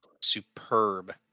superb